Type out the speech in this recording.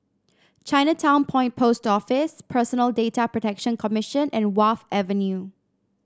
Chinatown Point Post Office Personal Data Protection Commission and Wharf Avenue